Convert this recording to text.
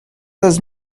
does